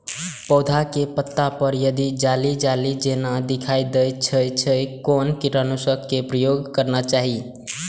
पोधा के पत्ता पर यदि जाली जाली जेना दिखाई दै छै छै कोन कीटनाशक के प्रयोग करना चाही?